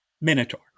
minotaur